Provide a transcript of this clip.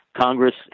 Congress